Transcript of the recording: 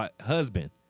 husband